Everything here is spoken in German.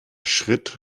schritt